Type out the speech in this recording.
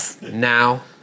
Now